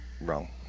Wrong